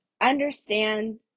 understand